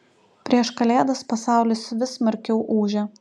prieš kalėdas pasaulis vis smarkiau ūžia